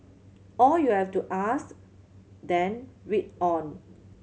or you have to ask then read on